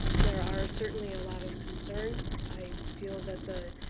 there are certainly a lot of concerns. i feel that the